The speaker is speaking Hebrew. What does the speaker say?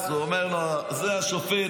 אז הוא אומר לו: זה השופט,